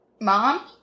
Mom